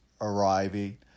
arriving